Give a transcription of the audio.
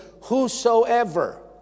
Whosoever